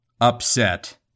upset